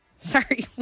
Sorry